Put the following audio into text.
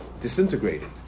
disintegrated